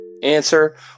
answer